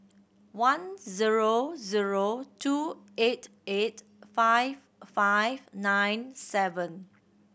one zero zero two eight eight five five nine seven